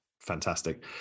fantastic